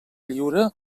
lliure